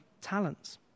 talents